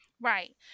Right